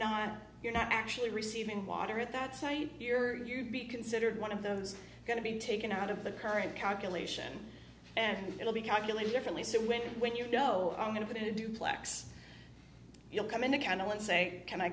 not you're not actually receiving water at that site here you'd be considered one of those going to be taken out of the current calculation and it'll be calculated differently so when when you know i'm going to duplex you'll come in a can